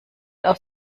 aus